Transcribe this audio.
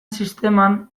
sisteman